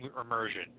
immersion